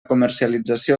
comercialització